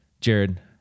Jared